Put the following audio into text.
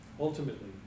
ultimately